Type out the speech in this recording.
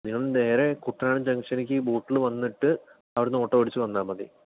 നിങ്ങൾ നേരെ കുട്ടനാട് ജംക്ഷനിലേക്ക് ബോട്ടിൽ വന്നിട്ട് അവിടെ നിന്ന് ഓട്ടോ പിടിച്ച് വന്നാൽ മതി